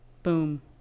Boom